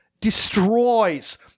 destroys